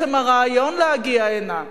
עצם הרעיון להגיע הנה,